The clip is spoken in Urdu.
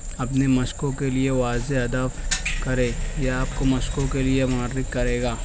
اہنے مشقوں کے لیے واضح ہدف کرے یہ آپ کو مشقوں کے لیے محرک کرے گا